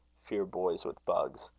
fear boys with bugs.